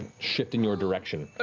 shift in your direction. but